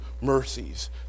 mercies